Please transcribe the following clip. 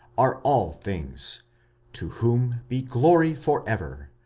are all things to whom be glory for ever.